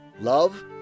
love